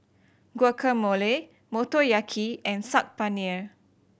Guacamole Motoyaki and Saag Paneer